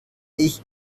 ich